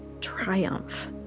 triumph